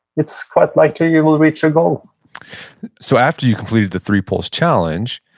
it's quite likely you will reach a goal so after you completed the three poles challenge,